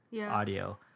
audio